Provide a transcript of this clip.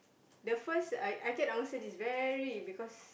the first I I can't answer this very because